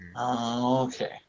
Okay